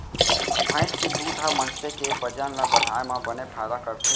भईंस के दूद ह मनसे के बजन ल बढ़ाए म बने फायदा करथे